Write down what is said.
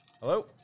hello